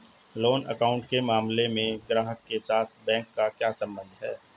Loan account के मामले में ग्राहक के साथ बैंक का क्या संबंध है?